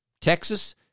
Texas